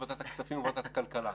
ועדת הכספים או ועדת הכלכלה.